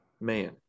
man